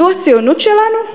זו הציונות שלנו?